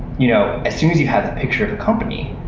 you know as soon as you have the picture of the company,